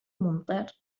ممطر